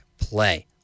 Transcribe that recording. play